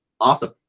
awesome